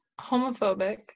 homophobic